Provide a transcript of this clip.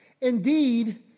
indeed